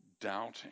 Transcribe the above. doubting